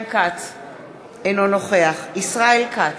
אינו נוכח ישראל כץ,